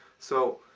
so,